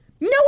No